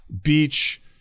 beach